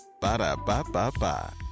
Ba-da-ba-ba-ba